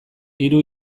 hiru